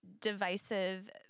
divisive